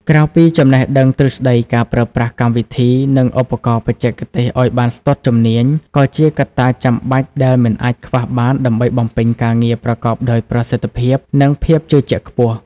ក្រៅពីចំណេះដឹងទ្រឹស្ដីការប្រើប្រាស់កម្មវិធី និងឧបករណ៍បច្ចេកទេសឲ្យបានស្ទាត់ជំនាញក៏ជាកត្តាចាំបាច់ដែលមិនអាចខ្វះបានដើម្បីបំពេញការងារប្រកបដោយប្រសិទ្ធភាព និងភាពជឿជាក់ខ្ពស់។